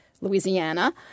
Louisiana